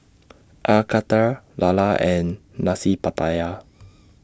Air Karthira Lala and Nasi Pattaya